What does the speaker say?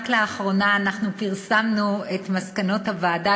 רק לאחרונה פרסמנו את מסקנות הוועדה